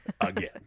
Again